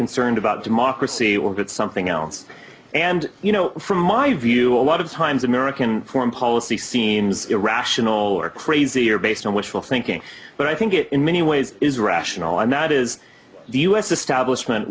concerned about democracy or get something else and you know from my view a lot of times american foreign policy seems irrational or crazy or based on wishful thinking but i think it in many ways is rational and that is the us establishment